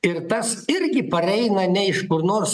ir tas irgi pareina ne iš kur nors